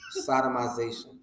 Sodomization